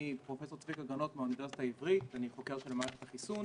אני מהאוניברסיטה העברית, חוקר של מערכת החיסון